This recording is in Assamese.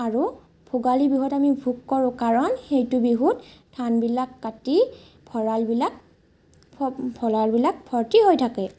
আৰু ভোগালী বিহুত আমি ভোগ কাৰণ সেইটো বিহুত ধানবিলাক কাটি ভঁৰালবিলাক ভ ভঁলাৰবিলাক ভৰ্তি হৈ থাকে